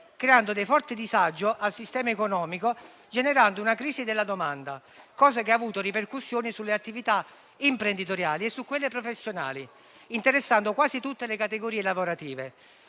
creando dei forti disagi al sistema economico, generando una crisi della domanda. Ciò ha avuto ripercussioni sulle attività imprenditoriali e su quelle professionali, interessando quasi tutte le categorie lavorative.